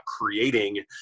creating